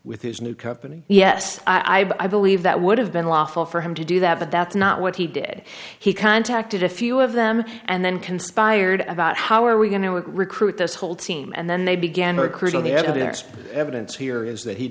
with his new company yes i believe that would have been lawful for him to do that but that's not what he did he contacted a few of them and then conspired about how are we going to recruit this whole team and then they began recruiting the evidence evidence here is that he